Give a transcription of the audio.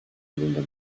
yılında